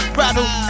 rattle